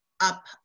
up